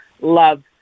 love